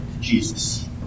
Jesus